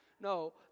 No